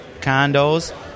condos